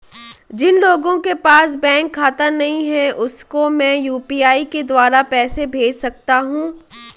जिन लोगों के पास बैंक खाता नहीं है उसको मैं यू.पी.आई के द्वारा पैसे भेज सकता हूं?